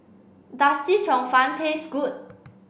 does Chee Cheong Fun taste good